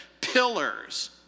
pillars